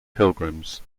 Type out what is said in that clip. pilgrims